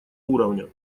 уровня